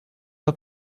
pas